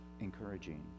encouraging